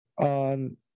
on